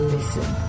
Listen